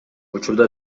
учурда